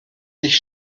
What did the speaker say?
sich